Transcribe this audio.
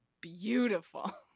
beautiful